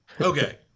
Okay